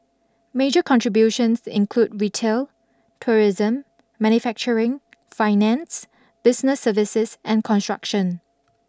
major contributions include retail tourism manufacturing finance business services and construction